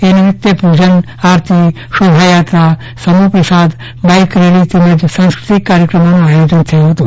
એ નિમિત્તે પૂજન આરતી શોભાયાત્રા સમૂહ પ્રસાદ બાઈક રેલી તેમજ સાંસ્કૃતિક કાર્યક્રમોનું આયોજન થયું હતું